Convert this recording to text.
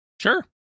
sure